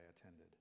attended